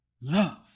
love